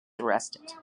arrested